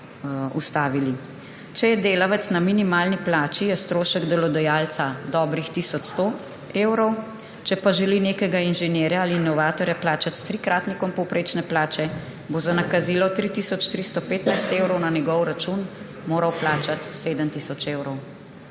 Če je delavec na minimalni plači, je strošek delodajalca dobrih tisoč 100 evrov, če pa želi nekega inženirja ali inovatorja plačati s trikratnikom povprečne plače, bo za nakazilo 3 tisoč 315 evrov na njegov račun moral plačati 7 tisoč evrov.